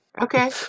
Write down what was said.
okay